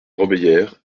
robéyère